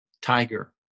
tiger